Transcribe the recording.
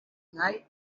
night